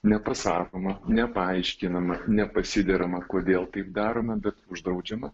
nepasakoma nepaaiškinama nepasiderama kodėl taip daroma bet uždraudžiama